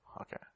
Okay